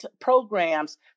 programs